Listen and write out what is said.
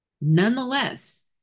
Nonetheless